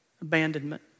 abandonment